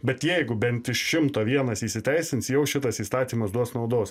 bet jeigu bent iš šimto vienas įsiteisins jau šitas įstatymas duos naudos